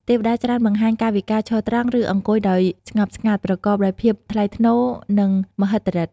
ទេវតា ច្រើនបង្ហាញ កាយវិការឈរត្រង់ ឬអង្គុយដោយស្ងប់ស្ងាត់ ប្រកបដោយភាពថ្លៃថ្នូរ និងមហិទ្ធិឫទ្ធិ។